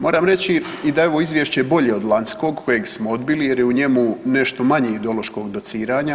Moram reći i da je ovo izvješće bolje od lanjskog kojeg smo odbili jer je u njemu nešto manje ideološkog dociranja.